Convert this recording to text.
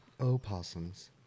Opossums